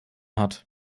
hat